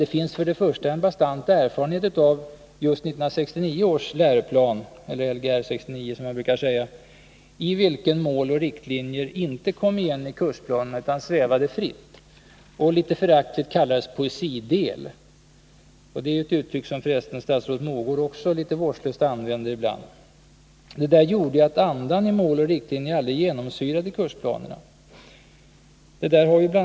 Det finns för det första en bastant erfarenhet av 1969 års läroplan, eller Igr 69, i vilken Mål och riktlinjer inte kom igen i kursplanerna utan svävade fritt och litet föraktligt kallades poesidel— ett uttryck som f. ö. statsrådet Mogård också litet vårdslöst använder ibland. Detta gjorde att andan i Mål och riktlinjer aldrig genomsyrade kursplanerna. Bl.